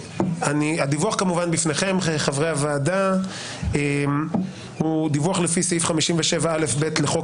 הדיווח בפניכם חברי הוועדה הוא דיווח לפי סעיף 57א(ב) לחוק